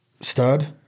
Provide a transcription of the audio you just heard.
Stud